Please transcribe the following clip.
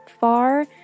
far